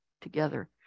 together